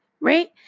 right